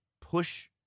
push